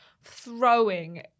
throwing